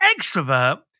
extrovert